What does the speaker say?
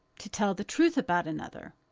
to tell the truth about another.